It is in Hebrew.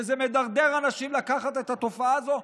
שזה מדרדר אנשים לקחת את התופעה הזאת,